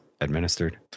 administered